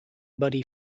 buddy